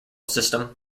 system